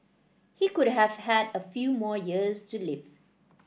he could have had a few more years to live